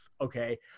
Okay